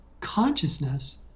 consciousness